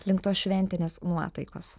link tos šventinės nuotaikos